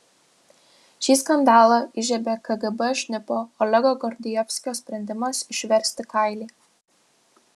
šį skandalą įžiebė kgb šnipo olego gordijevskio sprendimas išversti kailį